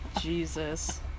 Jesus